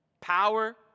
power